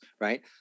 right